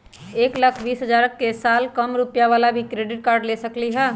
एक लाख बीस हजार के साल कम रुपयावाला भी क्रेडिट कार्ड ले सकली ह?